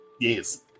yes